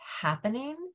happening